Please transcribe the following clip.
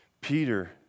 Peter